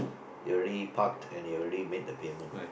you already park and you already made the payment